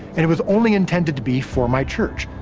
and it was only intended to be for my church,